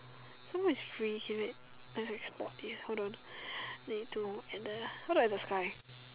so what is free hermit I have spot here hold on need to at the how look at the sky